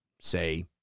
Say